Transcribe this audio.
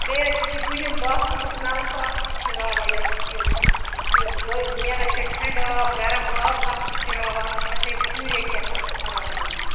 بیٚیہِ حظ چھِ یہِ بۅنِم باتھ روٗمُک نَلکہٕ اَتھ تہِ چھِ راوان ییٚتٮ۪تھ یہِ یہِ دوٚیِم نیران چھِ ٹھَنٛڈٕ آب گَرم آب اَتھ تہِ چھِ راوان اَتھ چھِ گژھان یِم چوٗرے کیٛاہتام خراب گٔمژٕ